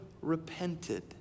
repented